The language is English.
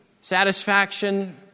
satisfaction